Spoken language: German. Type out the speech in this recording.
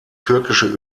türkische